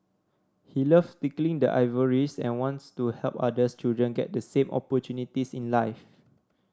he loves tinkling the ivories and wants to help others children get the same opportunities in life